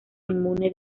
inmune